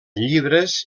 llibres